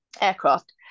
aircraft